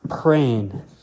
praying